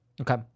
Okay